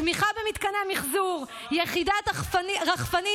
תמיכה במתקני מחזור, יחידת רחפנים,